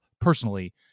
personally